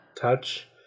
touch